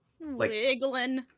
wiggling